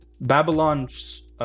Babylon's